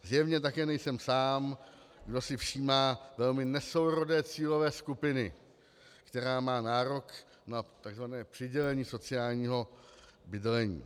Zjevně také nejsem sám, kdo si všímá velmi nesourodé cílové skupiny, která má nárok na takzvané přidělení sociálního bydlení.